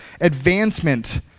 advancement